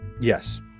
Yes